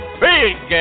big